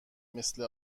مثل